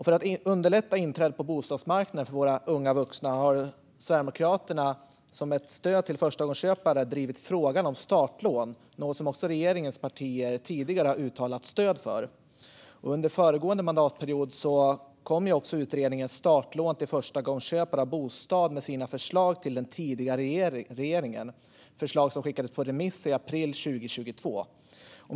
För att underlätta inträdet på bostadsmarknaden för våra unga vuxna har Sverigedemokraterna drivit frågan om startlån till förstagångsköpare, något som också regeringens partier tidigare har uttalat stöd för. Under föregående mandatperiod lämnade också en utredning om startlån till förstagångsköpare av bostad sina förslag till den tidigare regeringen. Dessa förslag skickades på remiss i april 2022.